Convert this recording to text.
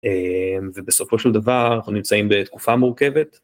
ובסופו של דבר אנחנו נמצאים בתקופה מורכבת.